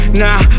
nah